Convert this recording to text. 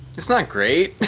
it's not great,